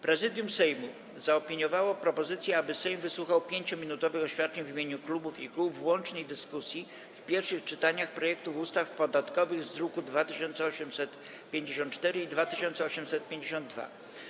Prezydium Sejmu zaopiniowało propozycję, aby Sejm wysłuchał 5-minutowych oświadczeń w imieniu klubów i kół w łącznej dyskusji w pierwszych czytaniach projektów ustaw podatkowych z druków nr 2854 i 2852.